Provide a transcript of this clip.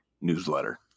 newsletter